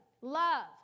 love